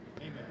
Amen